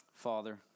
Father